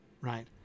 right